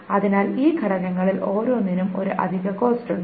അതിനാൽ ഈ ഘടകങ്ങളിൽ ഓരോന്നിനും ഒരു അധിക കോസ്റ്റ് ഉണ്ട്